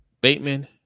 Bateman